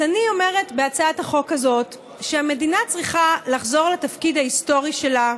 אז אני אומרת בהצעת החוק הזאת שהמדינה צריכה לחזור לתפקיד ההיסטורי שלה,